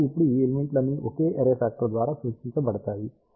కాబట్టి ఇప్పుడు ఈ ఎలిమెంట్లన్నీ ఒకే అర్రే ఫ్యాక్టర్ ద్వారా సూచించబడతాయి